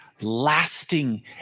lasting